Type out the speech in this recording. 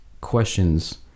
questions